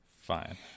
Fine